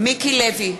מיקי לוי,